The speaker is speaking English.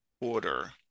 order